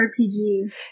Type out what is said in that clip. RPG